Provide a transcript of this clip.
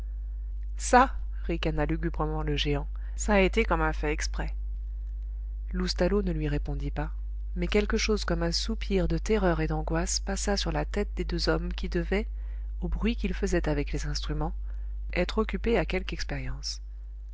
ça ricana lugubrement le géant ça a été comme un fait exprès loustalot ne lui répondit pas mais quelque chose comme un soupir un soupir de terreur et d'angoisse passa sur la tête des deux hommes qui devaient au bruit qu'ils faisaient avec les instruments être occupés à quelque expérience